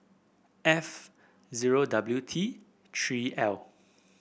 F zero W T Three L